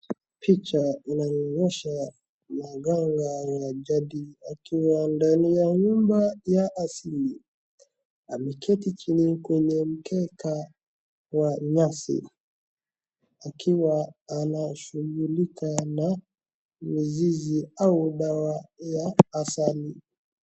Picha inanionyesha mganga wa jadi akiwa ndani ya nyuma ya asili. Ameketi chini kwenye mkeka wa nyasi akiwa anashughulika na mizizi au dawa ya asali.